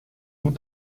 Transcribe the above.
vous